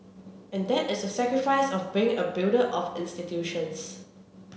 and that is a sacrifice of being a builder of institutions